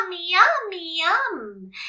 yum-yum-yum